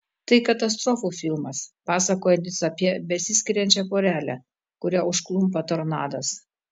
tai katastrofų filmas pasakojantis apie besiskiriančią porelę kurią užklumpa tornadas